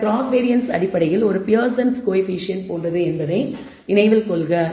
இந்த cross covariance அடிப்படையில் ஒரு பியர்சனின் கோயபிசியன்ட்Pearson's Coefficient போன்றது என்பதை நினைவில் கொள்க